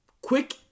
quick